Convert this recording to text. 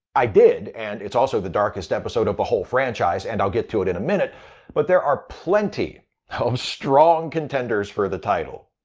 i did and it's also the darkest episode of the whole franchise, and i'll get to it in a minute but there are plenty of um strong contenders for the title.